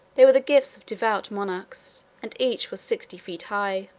they were the gifts of devout monarchs, and each was sixty feet high.